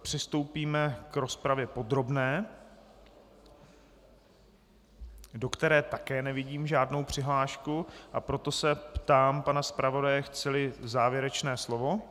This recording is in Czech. Přistoupíme k rozpravě podrobné, do které také nevidím žádnou přihlášku, a proto se ptám pana zpravodaje, chceli závěrečné slovo.